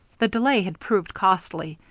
the delay had proved costly,